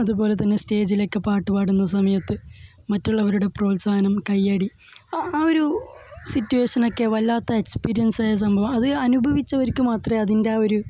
അതുപോലെ തന്നെ സ്റ്റേജിലൊക്കെ പാട്ട് പാടുന്ന സമയത്ത് മറ്റുള്ളവരുടെ പ്രോത്സാഹനം കയ്യടി ആ ഒരു സിറ്റുവേഷൻ ഒക്കെ വല്ലാത്ത എക്സ്പീരിയന്സ് ആയ സംഭവം ആണ് അത് അനുഭവിച്ചവർക്ക് മാത്രമേ അതിന്റെ ആ ഒരു